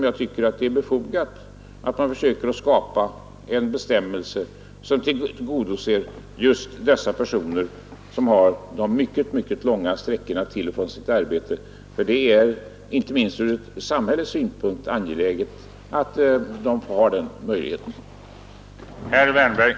Jag tycker det är befogat att man försöker skapa en bestämmelse som tillgodoser just de personer som har mycket långa vägsträckor till sitt arbete, eftersom det, inte minst ur samhällets synpunkt, är angeläget att de har möjligheten att använda bil.